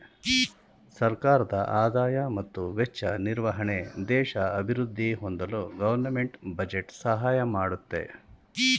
ಸರ್ಕಾರದ ಆದಾಯ ಮತ್ತು ವೆಚ್ಚ ನಿರ್ವಹಣೆ ದೇಶ ಅಭಿವೃದ್ಧಿ ಹೊಂದಲು ಗೌರ್ನಮೆಂಟ್ ಬಜೆಟ್ ಸಹಾಯ ಮಾಡುತ್ತೆ